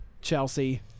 Chelsea